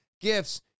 gifts